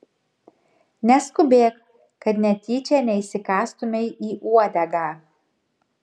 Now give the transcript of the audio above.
neskubėk kad netyčia neįsikąstumei į uodegą